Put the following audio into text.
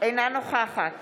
אינה נוכחת